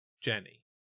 Jenny